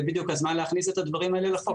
זה בדיוק הזמן להכניס את הדברים האלה לחוק.